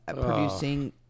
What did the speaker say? producing